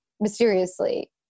mysteriously